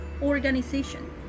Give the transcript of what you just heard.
organization